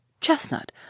chestnut